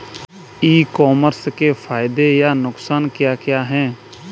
ई commerce के फायदे या नुकसान क्या क्या हैं?